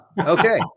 okay